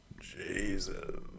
Jesus